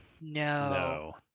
No